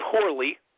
poorly